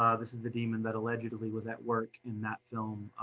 um this is the demon that allegedly was at work in that film,